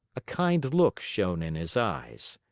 a kind look shone in his eyes.